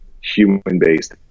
human-based